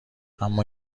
اما